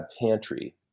Pantry